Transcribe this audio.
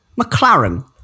McLaren